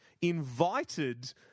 invited